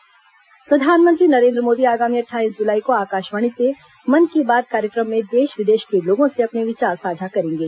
मन की बात प्रधानमंत्री नरेन्द्र मोदी आगामी अट्ठाईस जुलाई को आकाशवाणी से मन की बात कार्यक्रम में देश विदेश के लोगों से अपने विचार साझा करेंगे